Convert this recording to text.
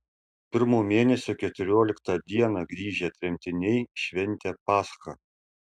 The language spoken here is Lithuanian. pirmo mėnesio keturioliktą dieną grįžę tremtiniai šventė paschą